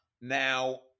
Now